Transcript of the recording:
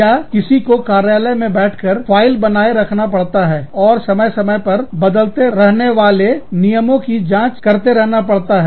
या किसी को कार्यालय में बैठकर फाइल बनाए रखना पड़ता है और समय समय पर बदलते रहने वाले नियमों का जांच करते रहना पड़ता है